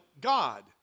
God